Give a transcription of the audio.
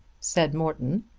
said morton.